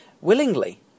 willingly